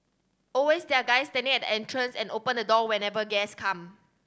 always there are guys standing at the entrance and open the door whenever guest come